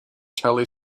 telly